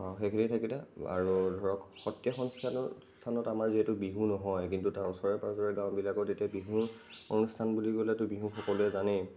সেইখিনি থাকিলে আৰু ধৰক সত্ৰীয়া সংস্কাৰৰ স্থানত আমাৰ যিহেতু বিহু নহয় কিন্তু তাৰ ওচৰে পাজৰে গাঁৱবিলাকত এতিয়া বিহু অনুষ্ঠান বুলি ক'লেতো বিহু সকলোৱে জানেই